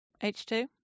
H2